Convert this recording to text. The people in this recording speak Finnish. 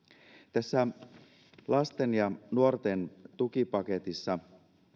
tässä lasten ja nuorten tukipaketissa